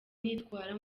nitwara